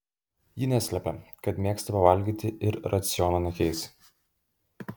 ji neslepia kad mėgsta pavalgyti ir raciono nekeis